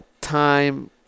time